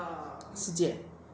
世界